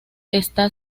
está